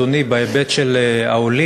אדוני, בהיבט של העולים,